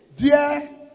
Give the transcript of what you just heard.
Dear